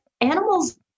animals